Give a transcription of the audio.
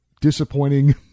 disappointing